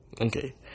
Okay